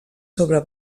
sobre